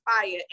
fire